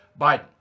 Biden